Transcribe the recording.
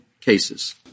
cases